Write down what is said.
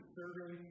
serving